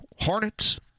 hornets